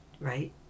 Right